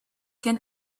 can